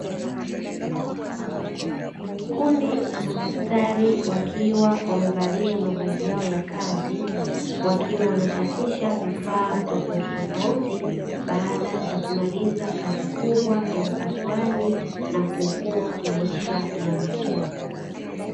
Kundi la madaktari wakiwa wamevaa mavazi yao ya kazi, wakiwa wanasafisha vifaa tofauti tofauti baada ya kumaliza kazi kubwa ya upasuaji na kuokoa maisha ya mtu.